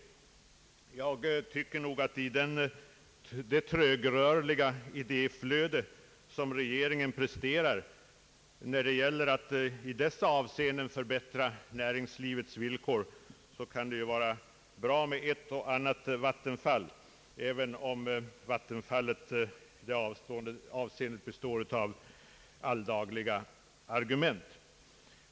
Med anledning av herr Strängs omdöme i går om mitt anförande vill jag säga att i det trögrörliga idé flöde som regeringen presterar när det gäller att i dessa avseenden förbättra näringslivets villkor kan det vara bra med ett och annat vattenfall — även om vattenfallet skulle bestå av alldagliga argument.